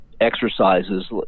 exercises